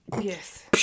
Yes